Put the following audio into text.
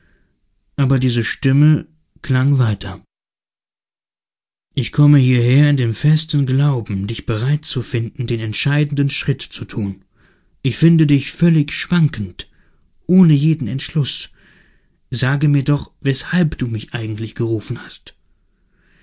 aber diese stimme klang weiter ich komme hierher in dem festen glauben dich bereit zu finden den entscheidenden schritt zu tun ich finde dich völlig schwankend ohne jeden entschluß sage mir doch weshalb du mich eigentlich gerufen hast